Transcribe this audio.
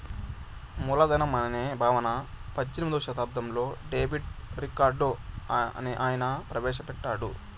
మూలధనం అనే భావన పద్దెనిమిదో శతాబ్దంలో డేవిడ్ రికార్డో అనే ఆయన ప్రవేశ పెట్టాడు